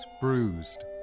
bruised